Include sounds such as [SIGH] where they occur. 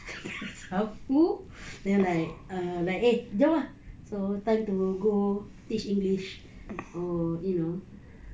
[LAUGHS] sapu then like err eh jom ah so time to go teach english or you know